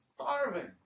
starving